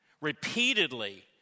repeatedly